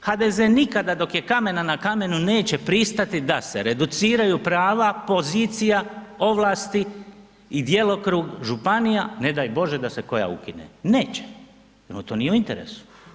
HDZ nikada dok je kamena na kamenu neće pristati da se reduciraju prava pozicija, ovlasti i djelokrug županija ne daj bože da se koja ukine, neće, jer mu to nije u interesu.